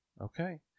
okay